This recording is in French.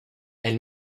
elle